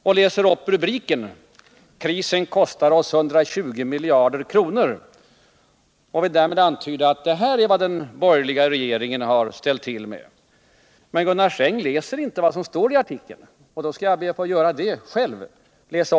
Han läste upp rubriken: Krisen kostar oss 120 miljarder kronor. Därmed vill han antyda att det är vad den borgerliga regeringen har ställt till med. Men Gunnar Sträng läste inte vad som står i själva artikeln, vilket jag skall be att få göra.